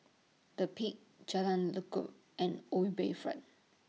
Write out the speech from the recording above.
The Peak Jalan Lekub and O U Bayfront